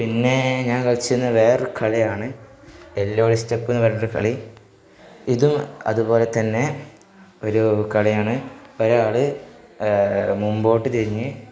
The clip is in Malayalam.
പിന്നെ ഞാൻ കളിച്ചിരുന്ന വേറൊരു കളിയാണ് എല്ലോയി സ്റ്റെപ്പ് എന്നു പറഞ്ഞിറ്റൊരു കളി ഇതും അതുപോലെ തന്നെ ഒരു കളിയാണ് ഒരാള് മുമ്പോട്ട് തിരിഞ്ഞ്